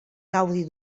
gaudi